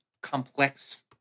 complex